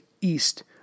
east